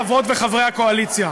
כפי ששמתם לב, יש תיקון בעמדת הממשלה.